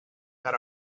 that